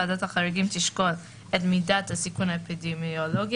ועדת החריגים תשקול את מידת הסיכון האפידמיולוגי